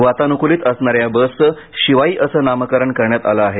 वातानुकूलित असणाऱ्या या बसचं शिवाई असं नामकरण करण्यात आलं आहे